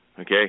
Okay